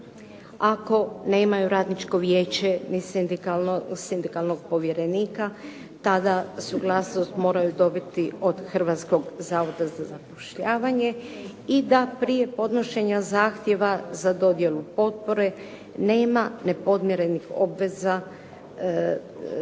Ako nemaju radničko vijeće ni sindikalnog povjerenika, tada suglasnost moraju dobiti od Hrvatskog zavoda za zapošljavanje i da prije podnošenja zahtjeva za dodjelu potpore nema nepodmirenih obveza